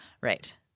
right